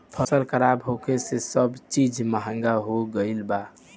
फसल खराब होखे से सब चीज महंगा हो गईल बा